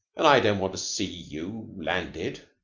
and i don't want to see you landed.